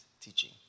teaching